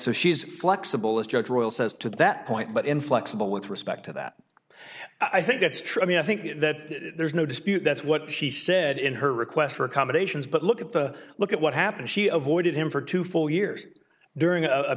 so she's flexible a structural says to that point but inflexible with respect to that i think that's true i mean i think that there's no dispute that's what she said in her request for accommodations but look at the look at what happened she avoided him for two full years during a